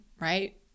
right